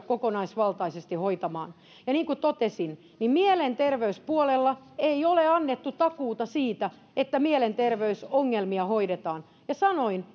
kokonaisvaltaisesti hoitamaan ja niin kuin totesin mielenterveyspuolella ei ole annettu takuuta siitä että mielenterveysongelmia hoidetaan ja sanoin